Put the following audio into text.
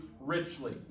richly